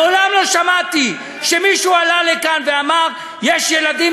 מעולם לא שמעתי שמישהו עלה לכאן ואמר: יש ילדים